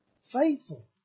faithful